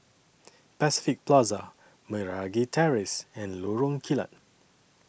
Pacific Plaza Meragi Terrace and Lorong Kilat